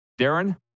Darren